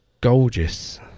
gorgeous